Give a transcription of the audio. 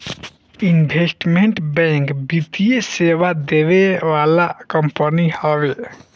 investment bank वित्तीय सेवा देवे वाला कंपनी हवे